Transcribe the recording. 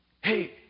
hey